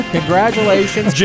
Congratulations